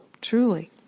truly